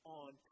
on